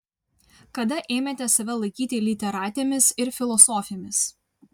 kada ėmėte save laikyti literatėmis ir filosofėmis